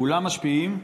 כולם משפיעים,